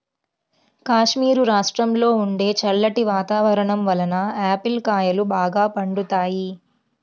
కాశ్మీరు రాష్ట్రంలో ఉండే చల్లటి వాతావరణం వలన ఆపిల్ కాయలు బాగా పండుతాయి